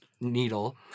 needle